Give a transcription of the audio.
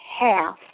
half